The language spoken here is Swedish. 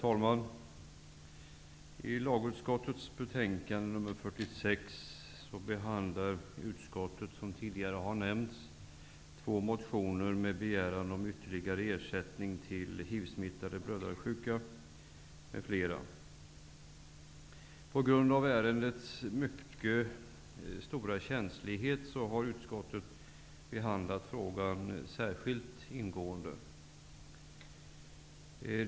Herr talman! I LU:s betänkande nr 46 behandlar utskottet -- som tidigare har nämnts -- två motioner med begäran om ytterligare ersättning till hivsmittade blödarsjuka m.fl. På grund av ärendets mycket stora känslighet har utskottet särskilt ingående behandlat frågan.